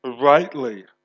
rightly